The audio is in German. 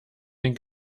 den